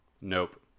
Nope